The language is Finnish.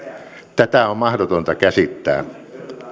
tätä on mahdotonta käsittää